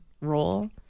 role